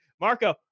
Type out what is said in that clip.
Marco